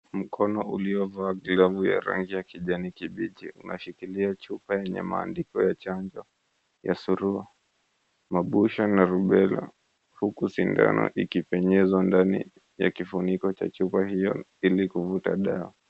Mkono uliovaa glovu ya rangi ya kijani kibichi. Unashikilia chupa yenye maandiko ya chanjo ya suruwa, mabusha na rubela. Huku sindano ikipenyezwa ndani ya kifuniko cha chupa hiyo ili kuvuta dawa.